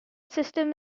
system